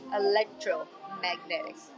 electromagnetic